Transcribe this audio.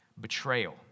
Betrayal